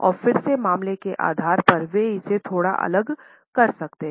और फिर से मामले के आधार पर वे इसे थोड़ा अलग कर सकते हैं